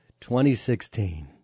2016